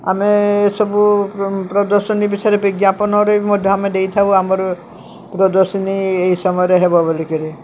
ଆମେ ଏସବୁ ପ୍ରଦର୍ଶନୀ ବିଷୟରେ ବିଜ୍ଞାପନରେ ବି ମଧ୍ୟ ଆମେ ଦେଇଥାଉ ଆମର ପ୍ରଦର୍ଶନୀ ଏହି ସମୟରେ ହେବ ବୋଲିକରି